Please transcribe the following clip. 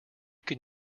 can